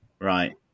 Right